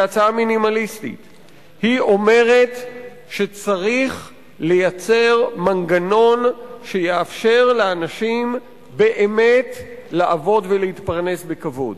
היא אומרת שצריך לייצר מנגנון שיאפשר לאנשים באמת לעבוד ולהתפרנס בכבוד.